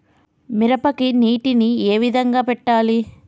మిరపకి నీటిని ఏ విధంగా పెట్టాలి?